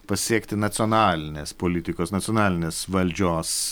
pasiekti nacionalinės politikos nacionalinės valdžios